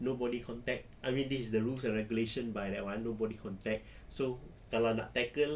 no body contact I mean this is the rules and regulation by that [one] no body contact so kalau nak tackle